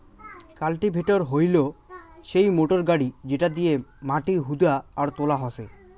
cultivator হইলো সেই motor গাড়ি যেটা দিয়া মাটি হুদা আর তোলা হসে